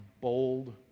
bold